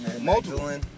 Multiple